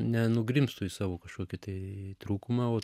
nenugrimztų į savo kažkokį tai trūkumą o